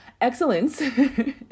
Excellence